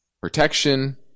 protection